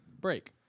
break